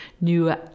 newer